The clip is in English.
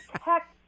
tech